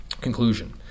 Conclusion